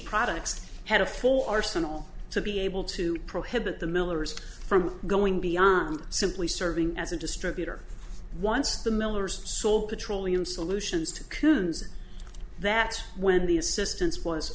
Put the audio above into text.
products had a full arsenal to be able to prohibit the millers from going beyond simply serving as a distributor once the millers saw petroleum solutions to kuhn's that when the assistance was